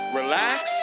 relax